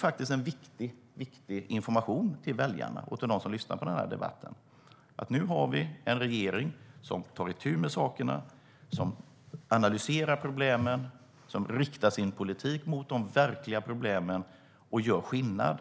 Det är viktig information till väljarna och till dem som lyssnar på den här debatten: Nu har vi en regering som tar itu med sakerna, som analyserar problemen och som riktar sin politik mot de verkliga problemen och gör skillnad.